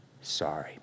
sorry